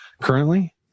currently